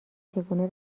چگونه